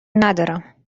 ندارم